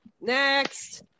next